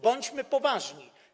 Bądźmy poważni.